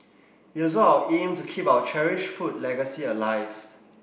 it is also our aim to keep our cherished food legacy alive